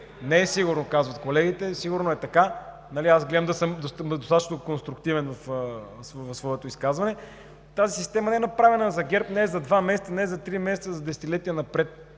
Не е сигурно, казват колегите, сигурно е така. Аз гледам да съм достатъчно конструктивен в своето изказване. Тази система не е направена за ГЕРБ. Не е за два месеца, не е за три месеца, а е за десетилетия напред.